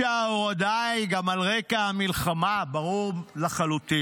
שההורדה היא גם על רקע המלחמה, ברור לחלוטין,